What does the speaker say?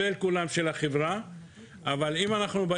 אבל היום,